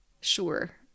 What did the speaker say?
Sure